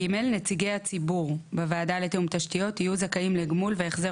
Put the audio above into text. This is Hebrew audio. (ג) נציגי הציבור בוועדה לתיאום תשתיות יהיו זכאים לגמול והחזר